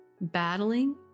battling